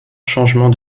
changement